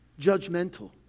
judgmental